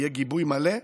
יהיה גיבוי מלא.